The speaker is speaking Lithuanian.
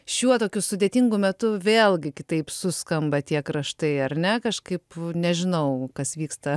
šiuo tokiu sudėtingu metu vėlgi kitaip suskamba tie kraštai ar ne kažkaip nežinau kas vyksta